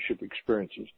experiences